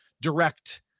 direct